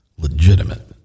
legitimate